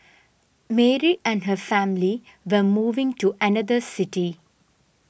Mary and her family were moving to another city